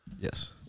Yes